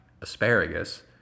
asparagus